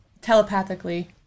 telepathically